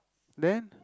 then